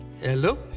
Hello